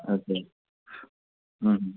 আচ্ছা